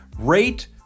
rate